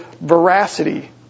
veracity